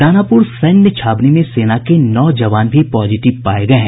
दानापुर सैन्य छावनी में सेना के नौ जवान भी पॉजिटिव पाये गये हैं